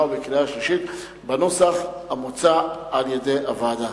ובקריאה השלישית בנוסח המוצע על-ידי הוועדה.